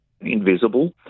invisible